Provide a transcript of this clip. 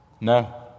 No